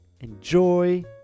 enjoy